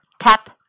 tap